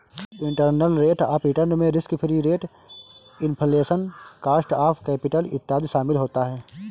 internal rate of return में risk free rate, inflation, cost of capital इत्यादि शामिल होता है